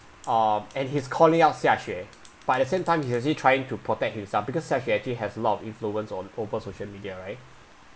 um and he's calling out xiaxue but at the same time is he trying to protect himself because xiaxue actually has a lot of influence on over social media right